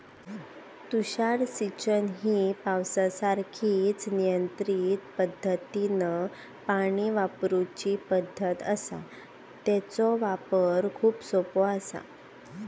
तुषार सिंचन ही पावसासारखीच नियंत्रित पद्धतीनं पाणी वापरूची पद्धत आसा, तेचो वापर खूप सोपो आसा